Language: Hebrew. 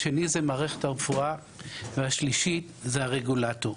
השני זה מערכת הרפואה והשלישי זה הרגולטור.